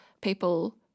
people